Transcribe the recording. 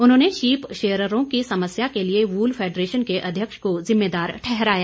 उन्होंने शिप शेयररों की समस्या के लिए वूल फैडरेशन के अध्यक्ष को जिम्मेदार ठहराया